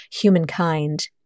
humankind